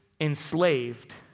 enslaved